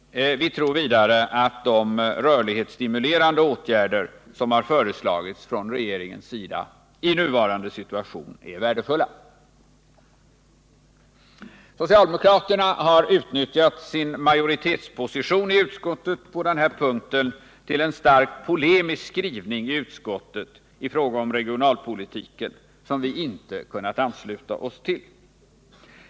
Vi tror också att de rörlighetsstimulerande åtgärder som föreslagits av regeringen i nuvarande situation är värdefulla. Socialdemokraterna har utnyttjat sin majoritetsposition i utskottet på den här punkten till en starkt polemisk skrivning i utskottet i fråga om regionalpolitiken, en skrivning som vi inte har kunnat ansluta oss till.